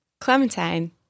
Clementine